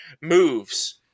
moves